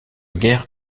guère